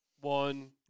one